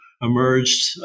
emerged